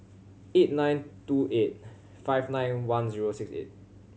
eight nine two eight five nine one zero six eight